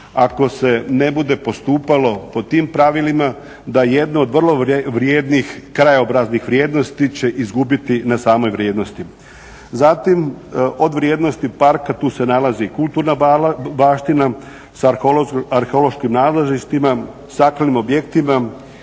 ako se ne bude postupalo po tim pravilima da jedne od vrlo vrijednih krajobraznih vrijednosti će izgubiti na samoj vrijednosti. Zatim od vrijednosti parka tu se nalazi i kulturna baština sa arheološkim nalazištima, sakralnim objektima